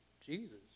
Jesus